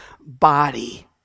body